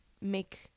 make